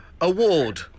Award